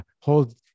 hold